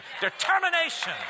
determination